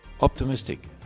optimistic